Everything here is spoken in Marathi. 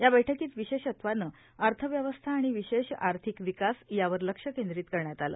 या बैठकीत विशेषत्वानं अर्थव्यवस्था आणि विशेष आर्थिक विकास यावर लक्ष केंद्रीत करण्यात आलं